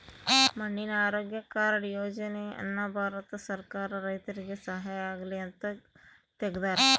ಮಣ್ಣಿನ ಆರೋಗ್ಯ ಕಾರ್ಡ್ ಯೋಜನೆ ಅನ್ನ ಭಾರತ ಸರ್ಕಾರ ರೈತರಿಗೆ ಸಹಾಯ ಆಗ್ಲಿ ಅಂತ ತೆಗ್ದಾರ